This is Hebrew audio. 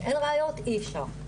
אם אין ראיות אי אפשר.